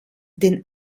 den